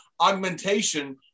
Augmentation